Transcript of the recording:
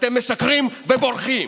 אתם משקרים ובורחים.